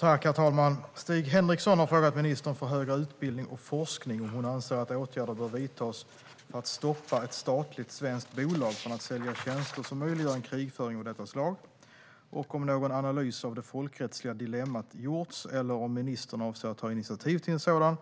Herr talman! Stig Henriksson har frågat ministern för högre utbildning och forskning om hon anser att åtgärder bör vidtas för att stoppa ett statligt svenskt bolag från att sälja tjänster som möjliggör en krigföring av detta slag, om någon analys av det folkrättsliga dilemmat gjorts eller om ministern avser att ta initiativ till en sådan